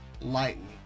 lightning